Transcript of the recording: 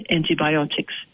Antibiotics